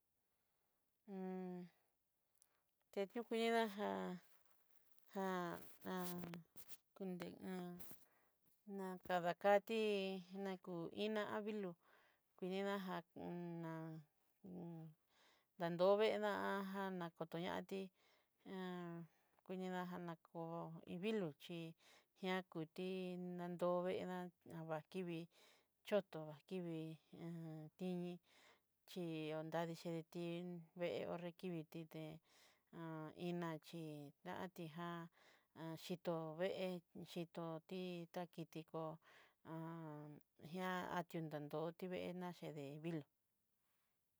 tedió kudijá já ná kana kati na kú iná a vilu ku iná já na dadovendá'a akoñati udina na kó iin vilu chí ña kuti nandoveda avakivii chotó vakivii tiñí chí onradixidetin vée ho'nré akiviti dé á chí dantijá itó vée xhitó tí tatidiko e'a atinandioti vée naché de vilu.